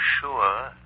sure